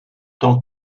tant